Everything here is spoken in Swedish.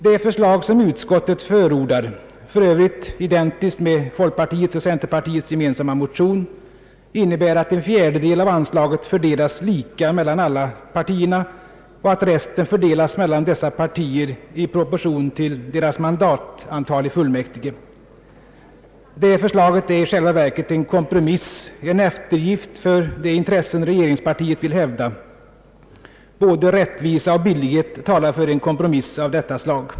Det förslag som utskottet förordar — för övrigt identiskt med folkpartiets och centerpartiets gemensamma motion — innebär att en fjärdedel av anslaget fördelas lika mellan alla partierna och att resten fördelas mellan dessa partier i proportion till deras mandatantal i fullmäktige. Det förslaget är i själva verket en kompromiss, en eftergift för de intressen regeringspartiet vill hävda. Både rättvisa och billighet talar för en kompromiss av detta slag.